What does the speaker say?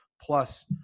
Plus